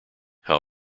how